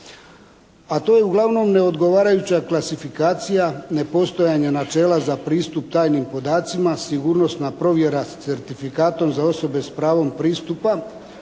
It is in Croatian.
a to je uglavnom neodgovarajuća klasifikacija, nepostojanje načela za pristup tajnim podacima, sigurnosna provjera certifikata za osobe s pravom pristupa